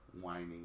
whining